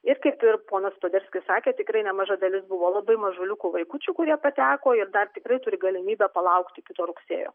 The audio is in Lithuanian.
ir kaip ir ponas poderskis sakė tikrai nemaža dalis buvo labai mažuliukų vaikučių kurie pateko ir dar tikrai turi galimybę palaukt iki to rugsėjo